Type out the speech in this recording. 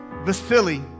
Vasily